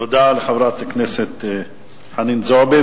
תודה לחברת הכנסת חנין זועבי,